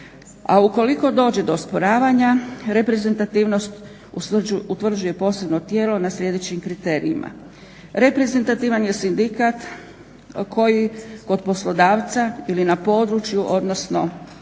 a ukoliko dođe do osporavanja reprezentativnost utvrđuje posebno tijelo na sljedećim kriterijima. Reprezentativan je sindikat koji kod poslodavca ili na području, odnosno